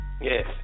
Yes